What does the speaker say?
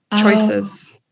choices